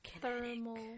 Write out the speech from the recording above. Thermal